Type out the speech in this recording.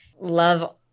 love